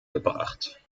gebracht